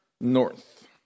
north